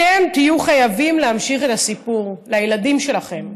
אתם תהיו חייבים להמשיך את הסיפור לילדים שלכם.